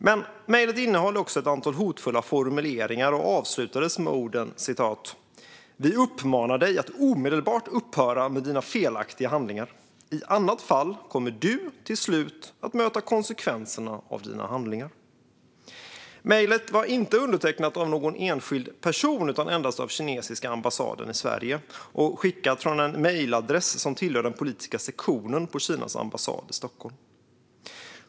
Mejlet innehöll också ett antal hotfulla formuleringar och avslutades med följande ord: "Vi uppmanar dig att omedelbart upphöra med dina felaktiga handlingar, i annat fall kommer du till slut att möta konsekvenserna av dina handlingar." Mejlet var inte undertecknat av någon enskild person utan endast av kinesiska ambassaden i Sverige, och det var skickat från en mejladress som tillhör den politiska sektionen på Kinas ambassad i Stockholm.